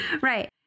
Right